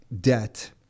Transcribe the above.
debt